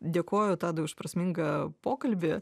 dėkoju tadui už prasmingą pokalbį